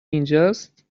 اینجاست